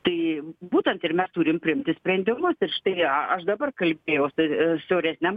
tai būtent ir mes turim priimti sprendimus ir štai aš dabar kalbėjausi siauresniam